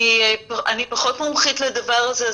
אני פחות מומחית לדבר הזה,